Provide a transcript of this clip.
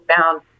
found